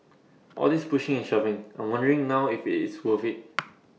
all this pushing and shoving I'm wondering now if IT is worth IT